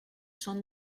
són